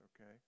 okay